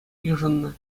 йышӑннӑ